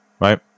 right